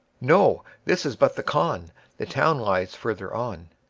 no, this is but the khan the town lies farther on.